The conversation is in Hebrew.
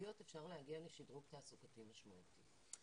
תעסוקתיות אפשר להגיע לשדרוג תעסוקתי משמעותי.